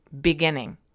beginning